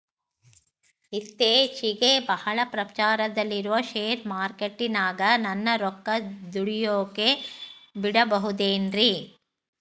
ಇತ್ತೇಚಿಗೆ ಬಹಳ ಪ್ರಚಾರದಲ್ಲಿರೋ ಶೇರ್ ಮಾರ್ಕೇಟಿನಾಗ ನನ್ನ ರೊಕ್ಕ ದುಡಿಯೋಕೆ ಬಿಡುಬಹುದೇನ್ರಿ?